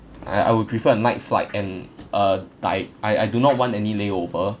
I I would prefer a night flight and uh like I I do not want any layover